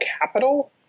Capital